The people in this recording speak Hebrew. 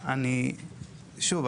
שוב,